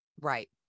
Right